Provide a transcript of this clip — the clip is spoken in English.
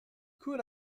could